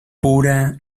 pura